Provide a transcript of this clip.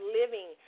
living